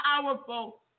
powerful